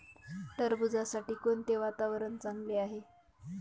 टरबूजासाठी कोणते वातावरण चांगले आहे?